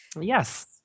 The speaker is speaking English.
Yes